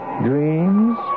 dreams